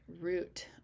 root